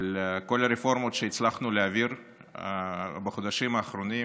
על כל הרפורמות שהצלחנו להעביר בחודשים האחרונים: